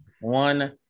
one